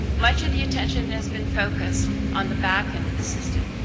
much of the attention has been focused on the back end of the system,